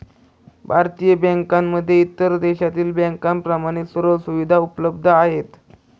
भारतीय बँकांमध्ये इतर देशातील बँकांप्रमाणे सर्व सुविधा उपलब्ध आहेत